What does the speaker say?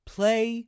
Play